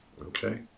okay